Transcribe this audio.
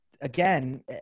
Again